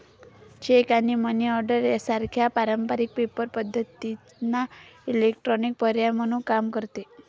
check आणि money order सारख्या पारंपारिक पेपर पद्धतींना इलेक्ट्रॉनिक पर्याय म्हणून काम करते